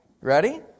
ready